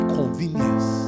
convenience